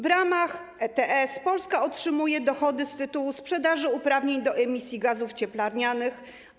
W ramach ETS Polska otrzymuje dochody z tytułu sprzedaży uprawnień do emisji gazów cieplarnianych.